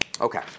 Okay